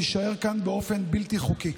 להישאר כאן באופן בלתי חוקי.